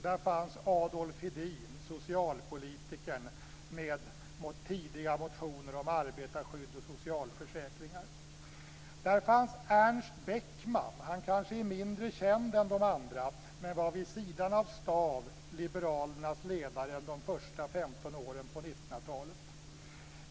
Där fanns Adolf Hedin, socialpolitikern med tidiga motioner om arbetarskydd och socialförsäkringar. Där fanns Ernst Beckman. Han är kanske mindre känd än de andra men var vid sidan av Staaff liberalernas ledare under de första 15 åren på 1900-talet.